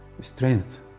strength